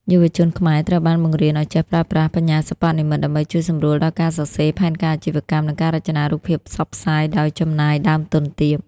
យុវជនខ្មែរត្រូវបានបង្រៀនឱ្យចេះប្រើប្រាស់ "បញ្ញាសិប្បនិម្មិត" ដើម្បីជួយសម្រួលដល់ការសរសេរផែនការអាជីវកម្ម និងការរចនារូបភាពផ្សព្វផ្សាយដោយចំណាយដើមទុនទាប។